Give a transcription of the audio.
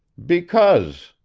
because,